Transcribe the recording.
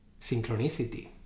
Synchronicity